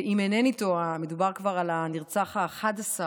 אם אינני טועה, מדובר כבר על הנרצח ה-11.